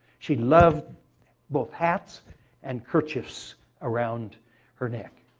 she loved both hats and kerchiefs around her neck.